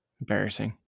embarrassing